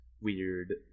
weird